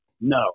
No